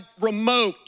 remote